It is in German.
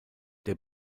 der